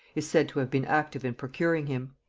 is said to have been active in procuring him.